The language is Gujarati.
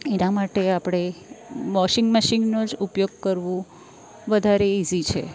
એના માટે આપણે વોશિંગ મશીનનો જ ઉપયોગ કરવું વધારે ઈઝી છે